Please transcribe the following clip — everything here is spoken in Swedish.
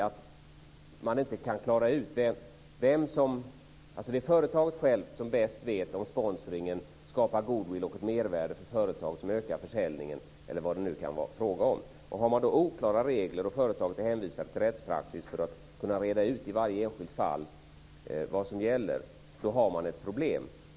Det är företaget självt som bäst vet om sponsringen skapar goodwill och mervärde för företag som ökar försäljningen eller vad det nu kan vara fråga om. Har man då oklara regler och företaget är hänvisat till rättspraxis för att i varje enskilt fall kunna reda ut vad som gäller blir det ett problem.